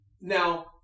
Now